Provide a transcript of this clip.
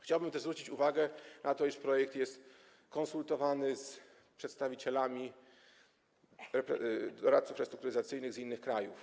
Chciałbym zwrócić uwagę na to, że projekt był konsultowany z przedstawicielami doradców restrukturyzacyjnych z innych krajów.